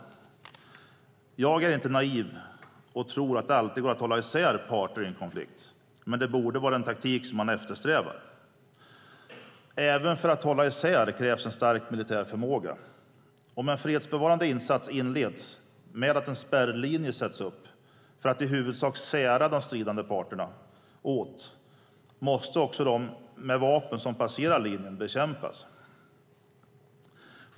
Jag är inte naiv och tror att det alltid går att hålla isär parter i en konflikt, men det borde vara den taktik som man eftersträvar. Även för att hålla isär krävs en stark militär förmåga. Om en fredsbevarande insats inleds med att en spärrlinje sätts upp för att i huvudsak sära de stridande partnerna åt måste också de med vapen som passerar linjen bekämpas.